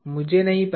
मुझे नहीं पता